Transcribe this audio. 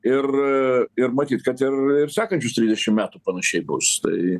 ir ir matyt kad ir ir sekančius trisdešim metų panašiai bus tai